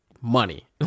money